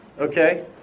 Okay